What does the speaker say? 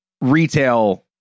retail